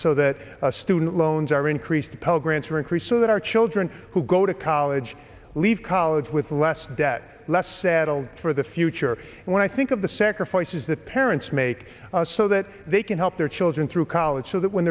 so that student loans are increased pell grants for increases that our children who go to college leave college with less debt less saddled for the future when i think of the sacrifices that parents make so that they can help their children through college so that when